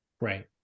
Right